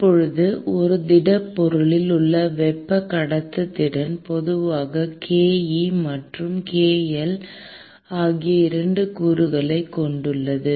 இப்போது ஒரு திடப்பொருளில் உள்ள வெப்ப கடத்துத்திறன் பொதுவாக ke மற்றும் kl ஆகிய 2 கூறுகளைக் கொண்டுள்ளது